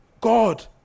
God